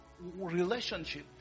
relationship